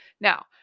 Now